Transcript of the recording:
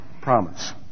promise